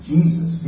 Jesus